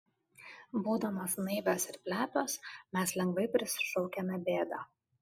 būdamos naivios ir plepios mes lengvai prisišaukiame bėdą